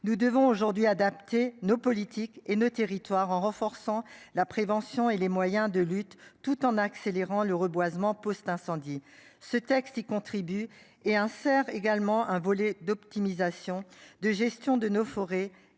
Nous devons aujourd'hui adapter nos politiques et nos territoires en renforçant la prévention et les moyens de lutte tout en accélérant le reboisement post-incendies ce texte y contribue et insère également un volet d'optimisation de gestion de nos forêts,